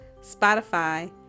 Spotify